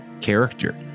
character